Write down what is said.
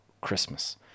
christmas